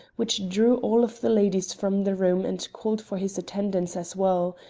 which drew all of the ladies from the room and called for his attendance as well.